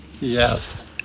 Yes